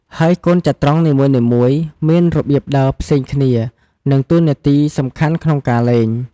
ហើយកូនចត្រង្គនីមួយៗមានរបៀបដើរផ្សេងគ្នា និងតួនាទីសំខាន់ក្នុងការលេង។